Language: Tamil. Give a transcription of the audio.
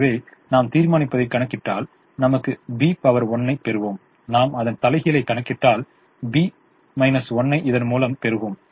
எனவே நாம் தீர்மானிப்பதைக் கணக்கிட்டால் நமக்கு B 1 ஐப் பெறுவோம் நாம் அதன் தலைகீழை கணக்கிட்டால் B 1 ஐ இதன்முலம் பெறுவோம்